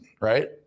right